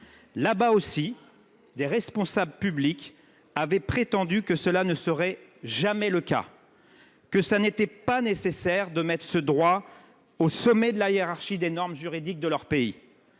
Là bas aussi, des responsables publics avaient prétendu que cela ne serait jamais le cas, qu’il n’était pas nécessaire de placer ce droit au sommet de la hiérarchie des normes juridiques de leur pays,